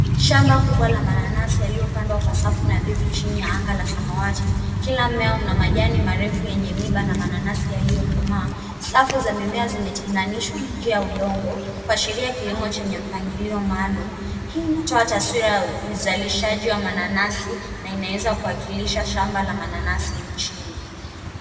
Shamba kubwa la mananasi yaliyopandwa kwa safu nadhifu chini ya anga la samawati. Kila mmea una majani marefu yenye miiba na mananasi yaliyokomaa. Safu za mimea zimetenganishwa na njia ya udongo, kuashiria kilimo chenye mpangilio maalum. Hii inatoa taswira ya uzalishaji wa mananasi na inaweza kuwakilisha shamba la mananasi nchini.